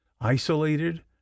Isolated